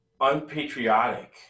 unpatriotic